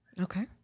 Okay